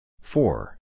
Four